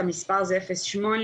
המספר הוא